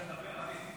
מעוז,